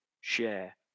share